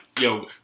yo